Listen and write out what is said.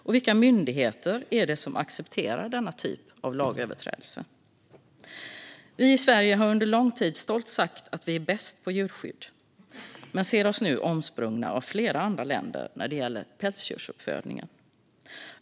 Och vilka myndigheter är det som accepterar denna typ av lagöverträdelse? Vi i Sverige har under lång tid stolt sagt att vi är bäst på djurskydd, men vi ser oss nu omsprungna av flera andra länder när det gäller pälsdjursuppfödningen.